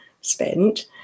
spent